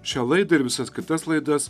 šią laidą ir visas kitas laidas